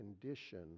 condition